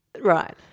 Right